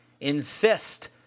insist